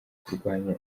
kurwanya